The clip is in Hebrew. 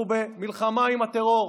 אנחנו במלחמה עם הטרור,